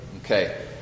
okay